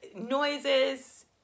noises